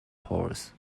horse